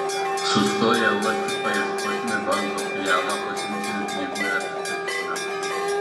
sustoję uoste paieškosime banko filialo pasiimsime pinigų ir apsipirksime